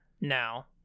now